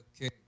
Okay